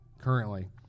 currently